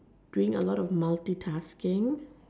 doing a lot of multi tasking